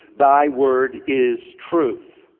thy word is truth.